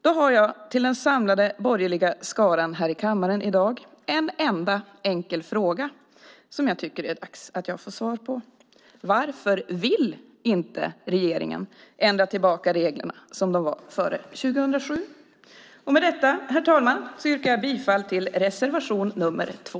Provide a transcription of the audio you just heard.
Jag har till den samlade borgerliga skaran här i kammaren i dag en enda enkel fråga, som jag tycker att det är dags att jag får svar på: Varför vill inte regeringen ändra tillbaka reglerna till dem som gällde före 2007? Med detta, herr talman, yrkar jag bifall till reservation 2.